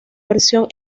versión